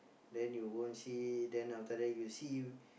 then you go and see then after that you see